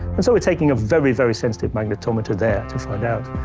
and so we're taking a very, very sensitive magnetometer there to find out.